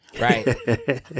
Right